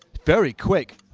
very quick,